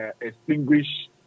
extinguish